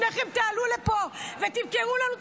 אמרת שיש לי מתק שפתיים וגם עשית חיקוי